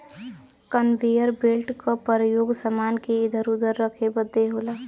conveyor belt क परयोग समान के इधर उधर रखे बदे होला